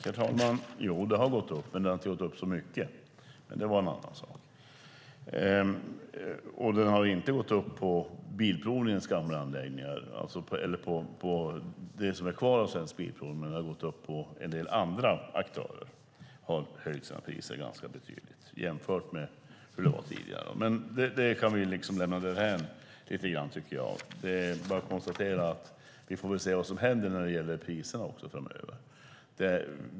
Herr talman! Jo, priset har gått upp, men det har inte gått upp så mycket. Det har inte gått upp på de anläggningar som tillhör det som är kvar av Svensk Bilprovning, men det har gått upp hos en del andra aktörer. De har höjt sina priser ganska betydligt jämfört med hur det var tidigare. Men det kan vi lämna därhän, tycker jag. Vi får väl se vad som händer när det gäller priserna framöver.